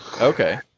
Okay